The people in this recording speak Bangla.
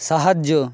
সাহায্য